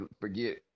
forget